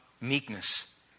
meekness